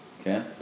Okay